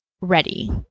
ready